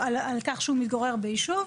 לא נראה לי שמשהו מסודר בעניין.